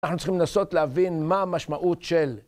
אנחנו צריכים לנסות להבין מה המשמעות של...